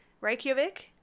Reykjavik